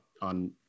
on